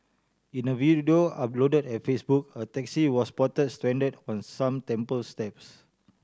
in a video uploaded on Facebook a taxi was spotted stranded on some temple steps